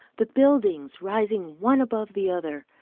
the buildings rising one above the other,